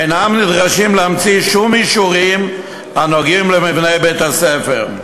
אינם נדרשים להמציא שום אישורים הקשורים למבנה בית-הספר.